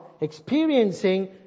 experiencing